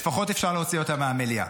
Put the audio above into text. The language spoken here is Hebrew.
לפחות אפשר להוציא אותם מהמליאה.